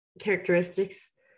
Characteristics